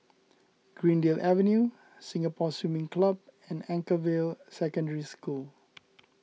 Greendale Avenue Singapore Swimming Club and Anchorvale Secondary School